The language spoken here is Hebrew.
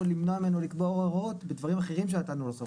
למנוע ממנו לקבוע הוראות בדברים אחרים שנתנו לו סמכות.